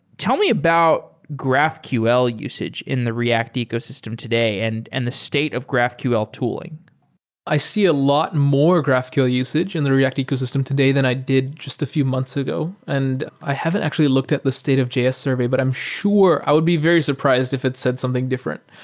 tell me about graphql usage in the react ecosystem today and and the state of graphql tooling i see a lot more graphql usage in the react ecosystem today than i did just a few months ago, and i haven't actually looked at the state of js survey, but i'm sure i would be very surprised if it said something different.